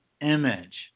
image